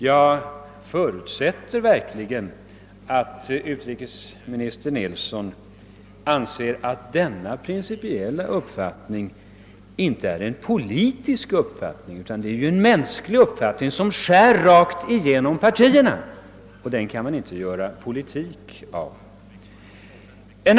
Jag förutsätter verkligen att utrikesminister Nilsson anser att denna principiella uppfattning är inte en politisk uppfattning utan en mänsklig som skär rakt igenom partierna. Och den kan man inte göra politik av.